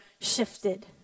shifted